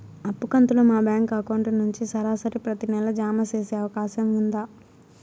అప్పు కంతులు మా బ్యాంకు అకౌంట్ నుంచి సరాసరి ప్రతి నెల జామ సేసే అవకాశం ఉందా?